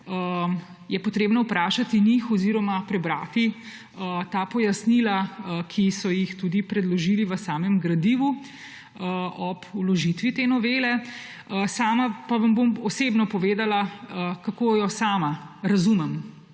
je treba vprašati njih oziroma prebrati ta pojasnila, ki so jih tudi predložili v samem gradivu ob vložitvi te novele. Sama pa vam bom osebno povedala, kako jo sama razumem,